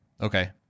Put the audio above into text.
Okay